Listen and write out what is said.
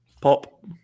pop